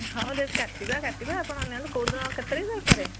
ହଁ ରେଟ୍ କାଟିବା କାଟିବା ଆପଣ ନିଅନ୍ତୁ କୋଉଦିନ କେତେ ତାରିଖ୍ ଦରକାରେ